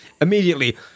immediately